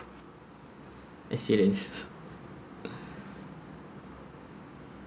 yes yes